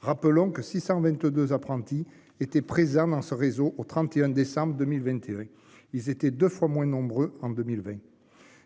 Rappelons que 622 apprentis étaient présents dans ce réseau au 31 décembre 2021. Ils étaient 2 fois moins nombreux en 2020.